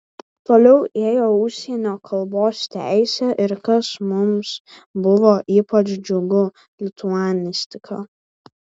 toliau ėjo užsienio kalbos teisė ir kas mums buvo ypač džiugu lituanistika